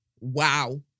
Wow